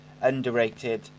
underrated